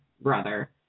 brother